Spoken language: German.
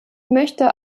möchte